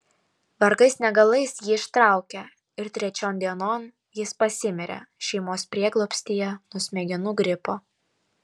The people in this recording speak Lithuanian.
vargais negalais jį ištraukė ir trečion dienon jis pasimirė šeimos prieglobstyje nuo smegenų gripo